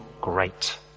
great